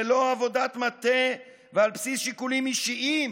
ללא עבודת מטה ועל בסיס שיקולים אישיים